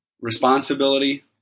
responsibility